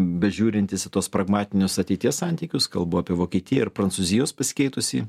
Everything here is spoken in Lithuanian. bežiūrintis į tuos pragmatinius ateities santykius kalbu apie vokietiją ir prancūzijos pasikeitusį